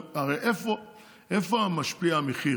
הרי איפה משפיע המחיר?